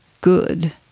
good